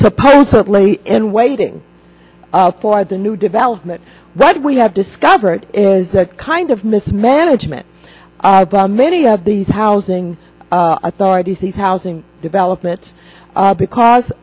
supposedly in waiting for the new development that we have discovered is that kind of mismanagement brown many of these housing authorities these housing developments because